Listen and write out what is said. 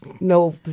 no